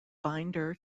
binder